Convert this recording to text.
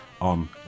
on